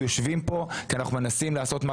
אנחנו יושבים כאן כי אנחנו מנסים לעשות מה